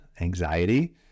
anxiety